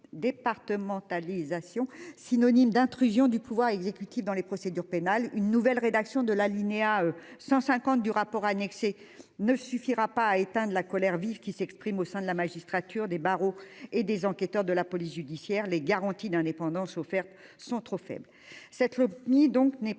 Départementalisation synonyme d'intrusion du pouvoir exécutif dans les procédures pénales une nouvelle rédaction de l'alinéa 150 du rapport annexé ne suffira pas à éteindre la colère vive qui s'exprime au sein de la magistrature des barreaux et des enquêteurs de la police judiciaire. Les garanties d'indépendance offerte sont trop faibles.